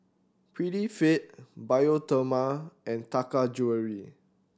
Prettyfit Bioderma and Taka Jewelry